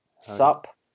Sup